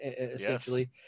essentially